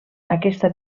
aquesta